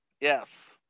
Yes